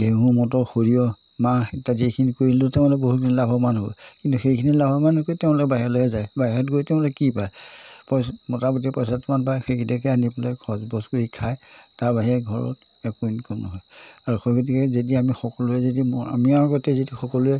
ঘেঁহু মটৰ সৰিয়হ মাহ ইত্যাদি সেইখিনি কৰিলেও তেওঁলোকে বহুতখিনি লাভৱান হ'ব কিন্তু সেইখিনি লাভৱান হৈ তেওঁলোকে বাহিৰলৈ যায় বাহিৰত গৈ তেওঁলোকে কি পায় পইচা মোটামুটি পইচাটো কেইটামান পায় সেইকিটাকে আনি পেলাই খচবছ কৰি খায় তাৰ বাহিৰে ঘৰত একো ইনকম নহয় আৰু হয় গতিকে যদি আমি সকলোৱে যদি আমি আগতে যদি সকলোৱে